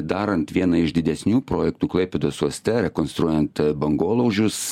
darant vieną iš didesnių projektų klaipėdos uoste rekonstruojant bangolaužius